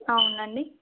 అవునండి